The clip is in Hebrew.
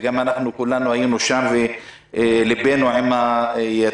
וגם אנחנו כולנו היינו שם וליבנו שם עם התושבים,